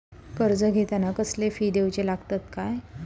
कर्ज घेताना कसले फी दिऊचे लागतत काय?